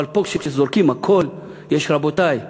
אבל פה, כשזורקים הכול, רבותי,